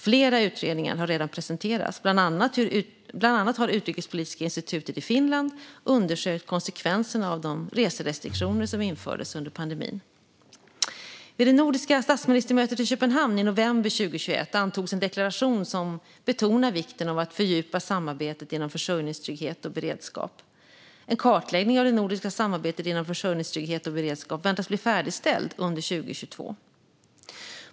Flera utredningar har redan presenterats; bland annat har Utrikespolitiska institutet i Finland undersökt konsekvenserna av de reserestriktioner som infördes under pandemin. Vid det nordiska statsministermötet i Köpenhamn i november 2021 antogs en deklaration som betonar vikten av att fördjupa samarbetet inom försörjningstrygghet och beredskap. En kartläggning av det nordiska samarbetet inom försörjningstrygghet och beredskap väntas bli färdigställd under 2022.